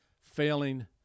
failing